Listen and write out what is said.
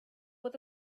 with